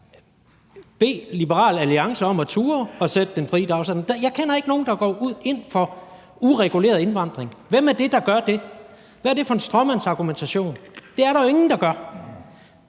bede Liberal Alliance om at turde at sætte den fri dagsorden. Jeg kender ikke nogen, der går ind for en ureguleret indvandring. Hvem er det, der gør det? Hvad er det for en stråmandsargumentation? For det er der jo ingen der gør.